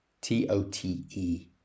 t-o-t-e